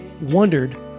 wondered